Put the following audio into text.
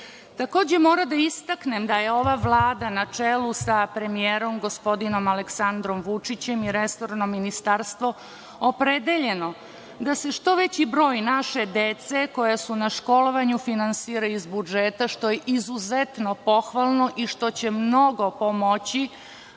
moram da istaknem da je ova Vlada na čelu sa premijerom gospodinom Aleksandrom Vučićem i resornim ministarstvom opredeljena da se što veći broj naše dece koja su na školovanju finansiraju iz budžeta, što je izuzetno pohvalno i što će mnogo pomoći